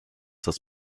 das